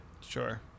Sure